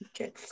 Okay